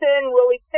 Willie